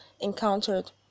encountered